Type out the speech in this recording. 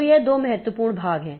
तो ये दो महत्वपूर्ण भाग हैं